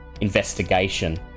investigation